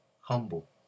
humble